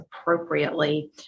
appropriately